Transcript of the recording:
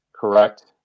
Correct